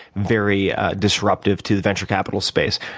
very disruptive to the venture capital space.